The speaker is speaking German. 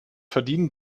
verdienen